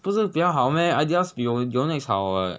不是比较好 meh adidas 比 yonex 好 [what]